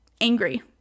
angry